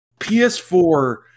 PS4